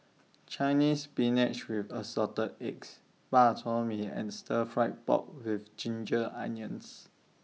Chinese Spinach with Assorted Eggs Bak Chor Mee and Stir Fry Pork with Ginger Onions